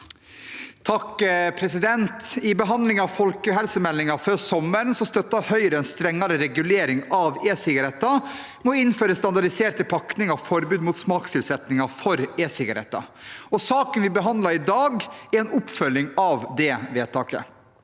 I behandlingen av folkehelsemeldingen før sommeren støttet Høyre en strengere regulering av e-sigaretter med å innføre standardiserte pakninger og forbud mot smakstilsetninger for e-sigaretter, og saken vi behandler i dag, er en oppfølging av det vedtaket.